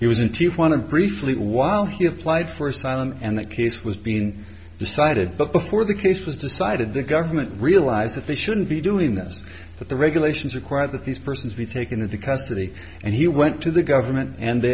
to briefly while he applied for asylum and that case was being decided but before the case was decided the government realized that they shouldn't be doing this that the regulations require that these persons be taken into custody and he went to the government and the